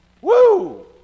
Woo